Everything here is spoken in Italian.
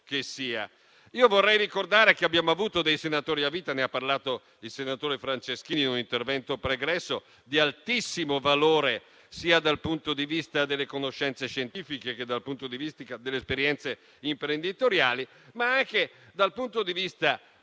Vorrei ricordare che abbiamo avuto dei senatori a vita - ne ha parlato il senatore Franceschini in un intervento precedente - di altissimo valore dal punto di vista sia delle conoscenze scientifiche, sia delle esperienze imprenditoriali, ma anche dal punto di vista culturale.